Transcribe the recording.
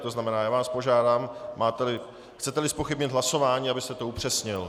To znamená, já vás požádám, chceteli zpochybnit hlasování, abyste to upřesnil.